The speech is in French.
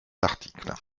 l’article